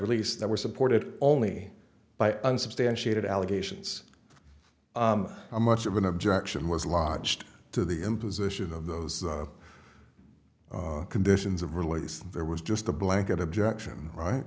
release that were supported only by unsubstantiated allegations how much of an objection was lodged to the imposition of those conditions of release there was just a blanket objection right